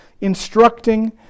instructing